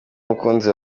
umukunzi